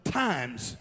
times